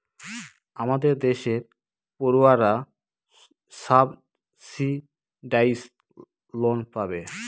আমাদের দেশের পড়ুয়ারা সাবসিডাইস লোন পাবে